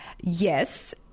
Yes